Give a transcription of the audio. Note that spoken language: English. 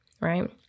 Right